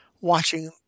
watching